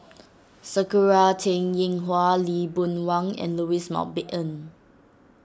Sakura Teng Ying Hua Lee Boon Wang and Louis Mountbatten